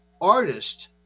artist